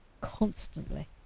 constantly